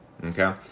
Okay